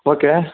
okay